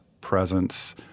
presence